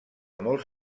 molts